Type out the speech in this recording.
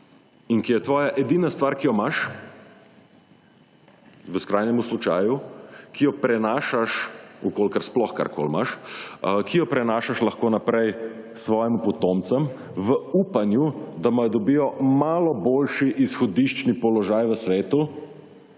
in ki je tvoja edina stvar, ki jo imaš, v skrajnemu slučaju, ki jo prenašaš, v koliko sploh karkoli imaš, ki jo prenašaš lahko naprej svojim potomcem v upanju, da dobijo malo boljši izhodiščni položaj v svetu,